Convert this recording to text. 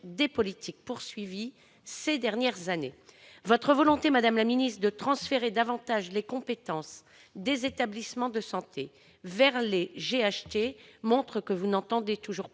des politiques poursuivies ces dernières années. Votre volonté, madame la ministre, de transférer davantage de compétences des établissements de santé vers les GHT montre que vous n'entendez toujours pas